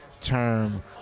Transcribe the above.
term